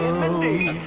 mindy